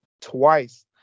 twice